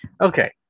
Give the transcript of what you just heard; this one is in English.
Okay